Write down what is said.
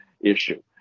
issue